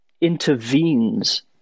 intervenes